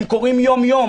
הם קורים יום יום.